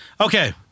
Okay